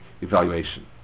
evaluation